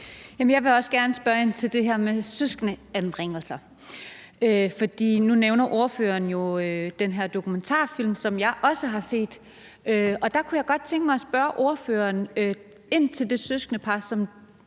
Jeg vil også gerne spørge ind til det her med søskendeanbringelser, for nu nævner ordføreren jo den her dokumentarfilm, som jeg også har set, og jeg kunne godt tænke mig at spørge ordføreren om det søskendepar,